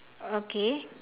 okay